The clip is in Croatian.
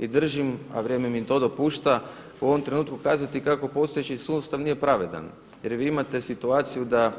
I držim, a vrijeme mi to dopušta u ovom trenutku kazati kako postojeći sustav nije pravedan jer vi imate situaciju da